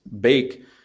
bake